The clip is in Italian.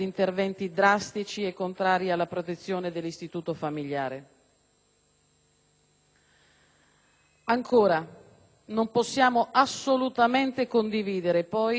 Non possiamo poi assolutamente condividere il giro di vite che si intende dare nei confronti degli stranieri in genere.